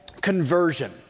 conversion